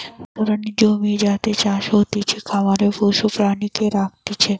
এক ধরণের জমি যাতে চাষ হতিছে, খামারে পশু প্রাণীকে রাখতিছে